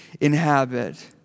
inhabit